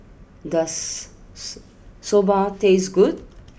does Soba taste good